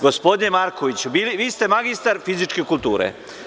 Gospodine Markoviću, vi ste magistar fizičke kulture.